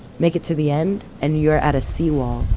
make it to the end, and you're at a sea wall,